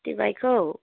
city बाइखौ